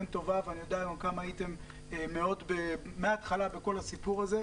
טובה ואני גם יודע שהייתם מההתחלה בסיפור הזה,